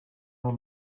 are